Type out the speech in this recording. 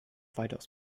weitaus